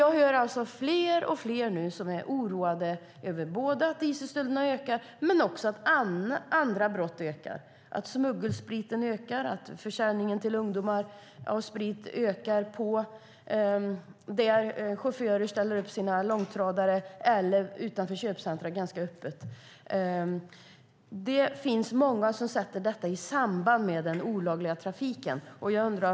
Jag hör att fler och fler är oroade över att både dieselstölderna och andra brott ökar - över att smuggelspriten ökar och över att spritförsäljning till ungdomar ökar där chaufförer ställer upp sina långtradare. Det kan vara ganska öppet utanför köpcentrum. Många sätter detta i samband med den olagliga trafiken.